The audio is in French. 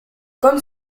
comme